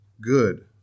good